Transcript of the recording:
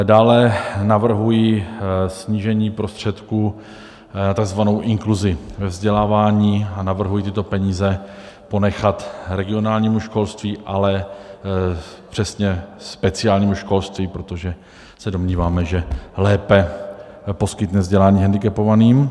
Dále navrhuji snížení prostředků na takzvanou inkluzi ve vzdělávání a navrhuji tyto peníze ponechat regionálnímu školství, přesně speciálnímu školství, protože se domníváme, že lépe poskytne vzdělání hendikepovaným.